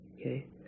okay